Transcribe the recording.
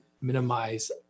minimize